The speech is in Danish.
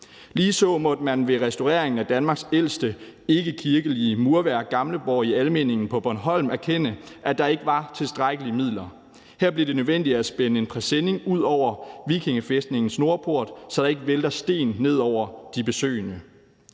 Ligeså måtte man ved restaureringen af Danmarks ældste ikkekirkelige murværk, Gamleborg i Almindingen på Bornholm, erkende, at der ikke var tilstrækkelige midler. Her blev det nødvendigt at spænde en presenning ud over vikingefæstningens nordport, så der ikke vælter sten ned over de besøgende.